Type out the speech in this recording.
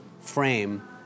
frame